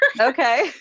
Okay